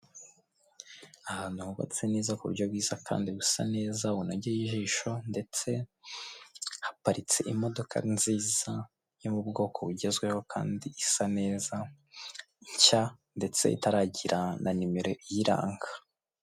Ahantu hubatse neza ku buryo bwiza kandi busa neza bunogeye ijisho ndetse haparitse imodoka nziza yo mu bwoko bugezweho kandi isa neza nshya ndetse itaragira na nimero iyiranga.